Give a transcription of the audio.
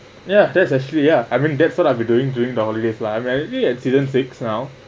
ya that's actually yeah I mean that's what I've been doing during the holiday lah I'm maybe at season six now